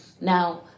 Now